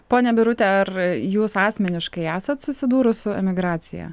ponia birute ar jūs asmeniškai esat susidūrus su emigracija